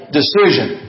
decision